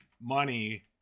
money